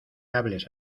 hables